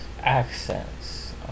accents